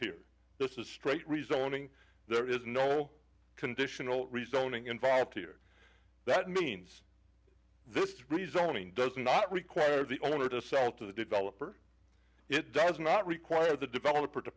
here this is straight rezoning there is no conditional rezoning involved here that means this rezoning does not require the owner to sell to the developer it does not require the developer to